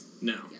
No